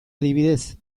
adibidez